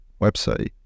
website